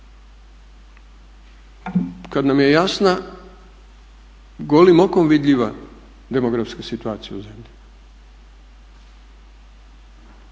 kad nam je jasna, golim okom vidljiva demografska situacija u zemlji.